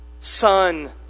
son